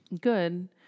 Good